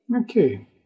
Okay